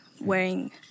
wearing